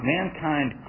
Mankind